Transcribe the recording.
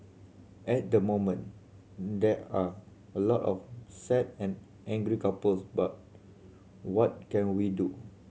at the moment there are a lot of sad and angry couples but what can we do